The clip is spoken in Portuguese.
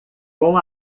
com